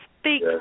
speak